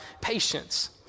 patience